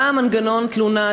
מה מנגנון התלונה,